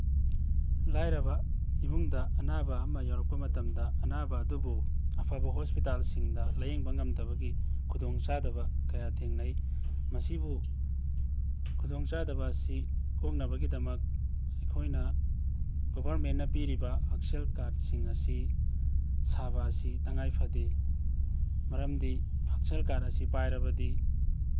ꯂꯥꯏꯔꯕ ꯏꯃꯨꯡꯗ ꯑꯅꯥꯕ ꯑꯃ ꯌꯥꯎꯔꯛꯄ ꯃꯇꯝꯗ ꯑꯅꯥꯕ ꯑꯗꯨꯕꯨ ꯑꯐꯕ ꯍꯣꯁꯄꯤꯇꯥꯜꯁꯤꯡꯗ ꯂꯥꯏꯌꯦꯡꯕ ꯉꯝꯗꯕꯒꯤ ꯈꯨꯗꯣꯡꯆꯥꯗꯕ ꯀꯌꯥ ꯊꯦꯡꯅꯩ ꯃꯁꯤꯕꯨ ꯈꯨꯗꯣꯡꯆꯥꯗꯕ ꯑꯁꯤ ꯀꯣꯛꯅꯕꯒꯤꯗꯃꯛ ꯑꯩꯈꯣꯏꯅ ꯒꯣꯕꯔꯃꯦꯟꯅ ꯄꯤꯔꯤꯕ ꯍꯛꯁꯦꯜ ꯀꯥꯔꯠꯁꯤꯡ ꯑꯁꯤ ꯁꯥꯕ ꯑꯁꯤ ꯇꯉꯥꯏꯐꯗꯦ ꯃꯔꯝꯗꯤ ꯍꯛꯁꯦꯜ ꯀꯥꯔꯠ ꯑꯁꯤ ꯄꯥꯏꯔꯕꯗꯤ